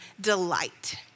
delight